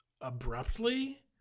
abruptly